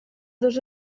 dos